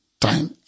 time